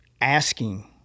asking